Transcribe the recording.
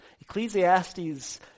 Ecclesiastes